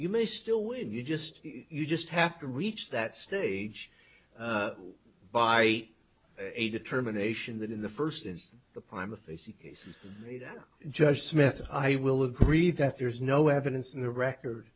you may still win you just you just have to reach that stage by a determination that in the first instance the prime of a c c judge smith i will agree that there is no evidence in the record